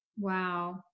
Wow